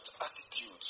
attitudes